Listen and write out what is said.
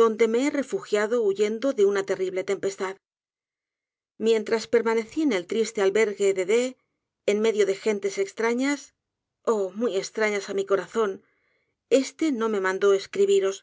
donde me be refugiado huyendo de una terrible tempestad mientras permanecí en el tufóte albergue de d en medio de gentes estrañas oh muy estrañas á mi corazón este no me mandó escribiros